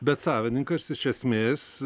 bet savininkas iš esmės